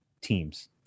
teams